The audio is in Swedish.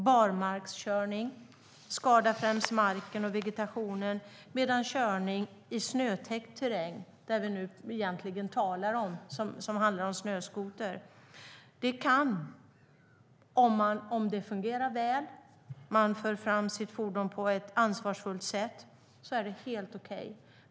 Barmarkskörning skadar främst marken och vegetationen, medan körning i snötäckt terräng - vi talar ju egentligen om snöskoter - är helt okej om det fungerar väl och man för fram sitt fordon på ett ansvarsfullt sätt.